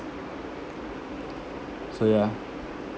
so yeah